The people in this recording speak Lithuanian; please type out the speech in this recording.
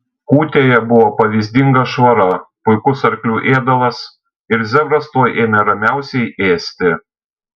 kūtėje buvo pavyzdinga švara puikus arklių ėdalas ir zebras tuoj ėmė ramiausiai ėsti